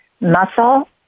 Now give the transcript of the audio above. muscle